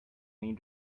need